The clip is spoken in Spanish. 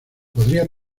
podría